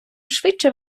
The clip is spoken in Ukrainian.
швидше